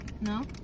no